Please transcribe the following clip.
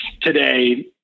today